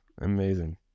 Amazing